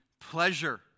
Pleasure